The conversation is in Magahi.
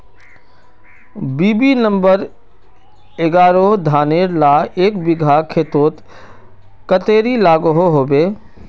बी.बी नंबर एगारोह धानेर ला एक बिगहा खेतोत कतेरी लागोहो होबे?